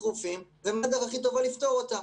דחופים ומה הדרך הכי טובה לפתור אותם.